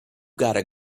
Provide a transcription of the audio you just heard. gotta